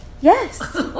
Yes